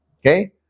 Okay